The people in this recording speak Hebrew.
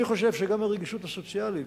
אני חושב שגם הרגישות הסוציאלית,